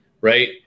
Right